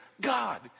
God